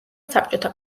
საბჭოთა